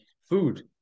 food